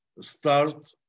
start